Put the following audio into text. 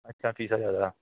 ਅੱਛਾ ਫ਼ੀਸਾਂ ਜ਼ਿਆਦਾ